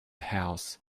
house